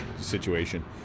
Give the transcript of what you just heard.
situation